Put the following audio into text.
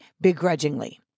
begrudgingly